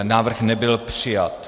Návrh nebyl přijat.